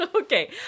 Okay